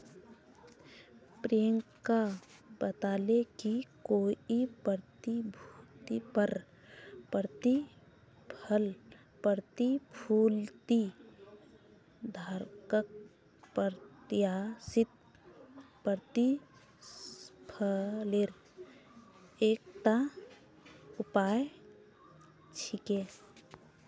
प्रियंका बताले कि कोई प्रतिभूतिर पर प्रतिफल प्रतिभूति धारकक प्रत्याशित प्रतिफलेर एकता उपाय छिके